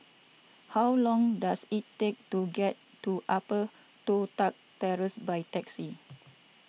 how long does it take to get to Upper Toh Tuck Terrace by taxi